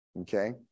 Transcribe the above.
okay